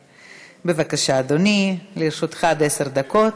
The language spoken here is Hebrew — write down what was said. בבקשה, אדוני, לרשותך עד עשר דקות.